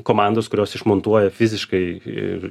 komandos kurios išmontuoja fiziškai ir